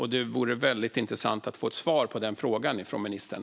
Det vore intressant att få ett svar på den från ministern.